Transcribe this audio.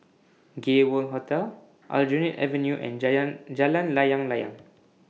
Gay World Hotel Aljunied Avenue and Jalan Layang Layang